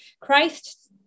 Christ